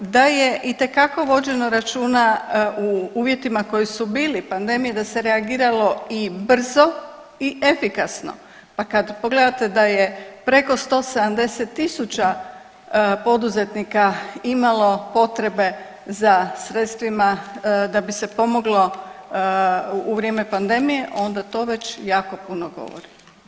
Da je itekako vođeno računa u uvjetima koji su bili pandemije da se reagiralo i brzo i efikasno pa kad pogledate da je preko 170.000 poduzetnika imalo potrebe za sredstvima da bi se pomoglo u vrijeme pandemije onda to već jako puno govori.